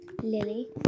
Lily